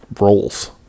roles